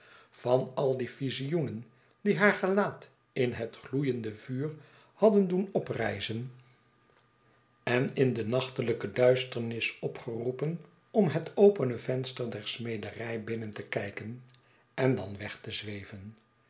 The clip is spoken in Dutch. van al die visioenen die haar gelaat in het gloeiende vuur hadden doen oprijzen en in de nachtelijke duisternis opgeroepen om het opene venster der smederij binnen te kijken en dan weg te zweven